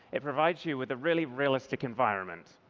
it provides you with a really realistic environment.